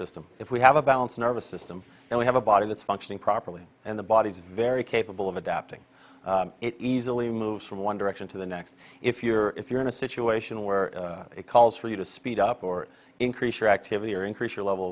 system if we have a balanced nervous system and we have a body that's functioning properly and the body is very capable of adapting it easily moves from one direction to the next if you're if you're in a situation where it calls for you to speed up or increase your activity or increase your level